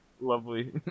lovely